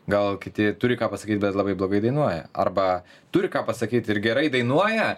gal kiti turi ką pasakyti bet labai blogai dainuoja arba turi ką pasakyt ir gerai dainuoja